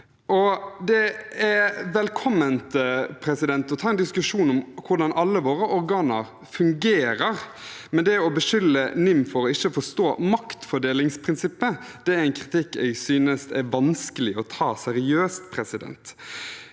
Det er velkomment å ta en diskusjon om hvordan alle våre organer fungerer, men det å beskylde NIM for ikke å forstå maktfordelingsprinsippet er en kritikk jeg synes er vanskelig å ta seriøst. Det